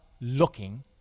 looking